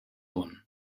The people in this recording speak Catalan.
punt